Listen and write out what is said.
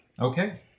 Okay